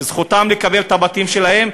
זכותם לקבל את הבתים שלהם,